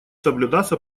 соблюдаться